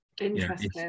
Interesting